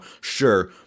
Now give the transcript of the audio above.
sure